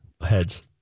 heads